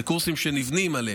זה קורסים שנבנים עליהם.